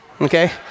okay